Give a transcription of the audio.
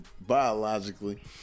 biologically